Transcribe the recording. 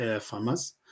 farmers